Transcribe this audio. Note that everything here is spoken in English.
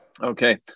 Okay